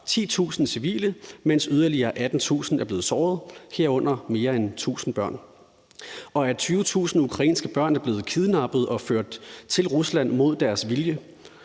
10.000 civile, mens yderligere 18.000 er blevet såret, herunder mere end 1.000 børn, og at 20.000 ukrainske børn er blevet kidnappet og ført til Rusland mod deres vilje,